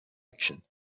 election